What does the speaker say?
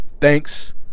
Thanks